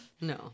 no